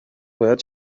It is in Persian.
باید